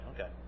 Okay